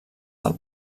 del